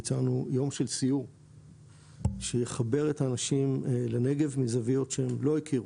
ביצענו יום של סיור שיחבר את האנשים לנגב מזוויות שהם לא הכירו,